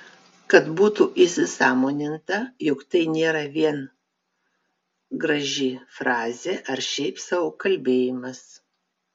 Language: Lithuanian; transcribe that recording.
kad būtų įsisąmoninta jog tai nėra vien graži frazė ar šiaip sau kalbėjimas